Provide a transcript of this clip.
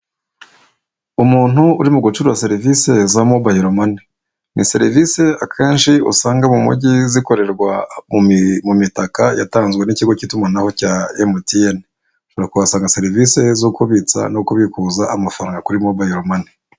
Umuntu uri mu gucuruza serivisi za mobile money. Ni serivisi akenshi usanga mu mujyi zikorerwa mu mitaka, yatanzwe n'ikigo cy'itumanaho cya MTN. Turakuhasanga serivisi zo kubitsa, no kubikuza amafaranga kuri mobile money